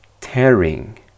tearing